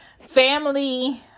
Family